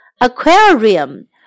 Aquarium